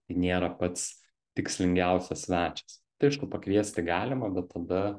tai nėra pats tikslingiausias svečias tai aišku pakviesti galima bet tada